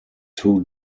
two